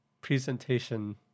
presentation